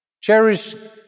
cherish